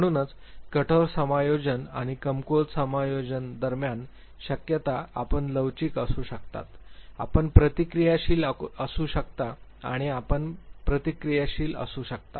म्हणूनच कठोर समायोजन आणि कमकुवत समायोजन दरम्यान शक्यता आपण लवचिक असू शकतात आपण प्रतिक्रियाशील असू शकता आणि आपण प्रतिक्रियाशील असू शकता